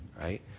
right